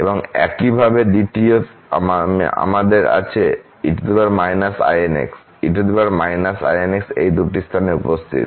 এবং একইভাবে দ্বিতীয় আমাদের আছে e−inx e−inx এই দুটি স্থানে উপস্থিত